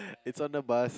it's on the bus